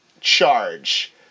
charge